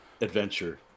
adventure